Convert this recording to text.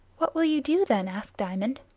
what will you do, then? asked diamond.